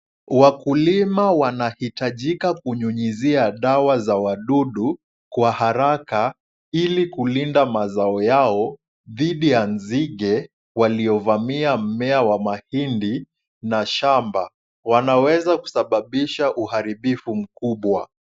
Wakulima wanahitajika kunyunyizia dawa za wadudu kwa haraka ili kulinda mazao yao dhidi ya nzige waliovamia mimea ya mahindi na shamba. Wanaweza kusababisha uharibifu mkubwa.